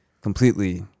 completely